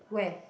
where